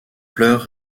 pleurs